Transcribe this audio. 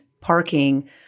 parking